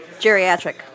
Geriatric